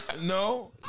No